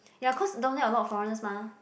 ya cause down there a lot of foreigners mah